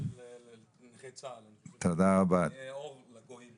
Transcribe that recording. נכי צה"ל ונהיה אור לגויים.